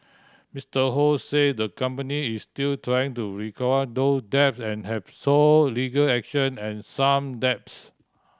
Mister Ho say the company is still trying to recover those debt and have sought legal action on some debts